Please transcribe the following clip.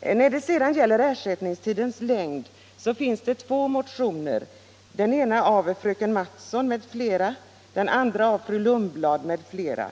när utskottet inte nu velat införa denna rättighet. I fråga om ersättningstidens längd finns det två motioner, den ena av fröken Mattson m.fl. och den andra av fru Lundblad m.fl.